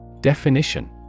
Definition